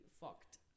fucked